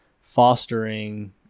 fostering